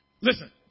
Listen